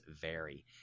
vary